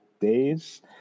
days